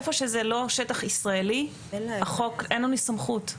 איפה שזה לא שטח ישראלי אין לנו סמכות.